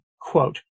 quote